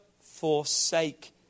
forsake